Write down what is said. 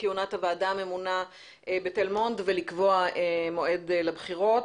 כהונת הוועדה הממונה בתל מונד וקביעת מועד לבחירות.